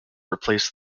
replace